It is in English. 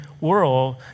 world